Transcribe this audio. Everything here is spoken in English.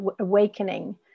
awakening